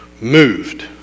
moved